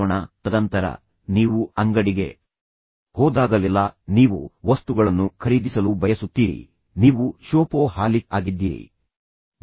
ನೀವು ಯಾವುದಕ್ಕಾದರೂ ಸುಮ್ಮನೆ ಖರ್ಚು ಮಾಡುವವರು ಎಂದು ಭಾವಿಸೋಣ ತದನಂತರ ನೀವು ಅಂಗಡಿಗೆ ಹೋದಾಗಲೆಲ್ಲಾ ನೀವು ವಸ್ತುಗಳನ್ನು ಖರೀದಿಸಲು ಬಯಸುತ್ತೀರಿ ನೀವು ಶೋಪೋ ಹಾಲಿಕ್ ಆಗಿದ್ದೀರಿ ನೀವು ಶಾಪಿಂಗ್ ಅನ್ನು ಆನಂದಿಸುತ್ತೀರಿ